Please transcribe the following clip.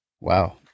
Wow